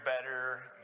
better